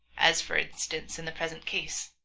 as, for instance, in the present case.